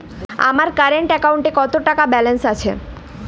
আমার কারেন্ট অ্যাকাউন্টে কত টাকা ব্যালেন্স আছে?